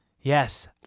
Yes